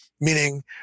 meaning